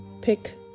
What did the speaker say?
pick